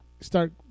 start